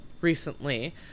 recently